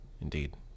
indeed